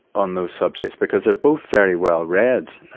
on those subjects, because they're both very well read.